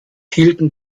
hielten